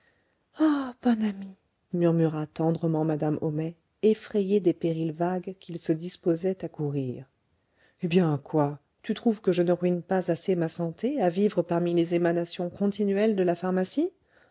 ah bon ami murmura tendrement madame homais effrayée des périls vagues qu'il se disposait à courir eh bien quoi tu trouves que je ne ruine pas assez ma santé à vivre parmi les émanations continuelles de la pharmacie